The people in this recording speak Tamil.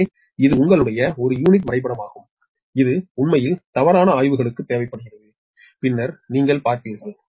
எனவே இது உங்களுடைய ஒரு யூனிட் வரைபடமாகும் இது உண்மையில் தவறான ஆய்வுகளுக்கு தேவைப்படுகிறது பின்னர் நீங்கள் பார்ப்பீர்கள்